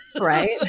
right